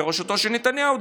בראשותו של נתניהו,